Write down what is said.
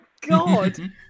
God